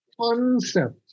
concept